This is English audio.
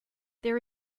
there